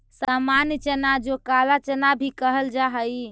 सामान्य चना जो काला चना भी कहल जा हई